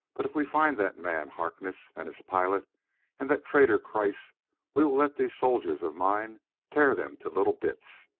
but if we find that man, harkness, and his pilot and that traitor kreiss, we will let these soldiers of mine tear them to little bits.